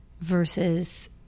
versus